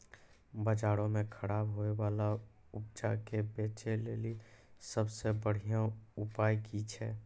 बजारो मे खराब होय बाला उपजा के बेचै लेली सभ से बढिया उपाय कि छै?